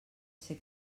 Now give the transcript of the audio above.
ser